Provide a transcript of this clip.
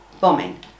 bombing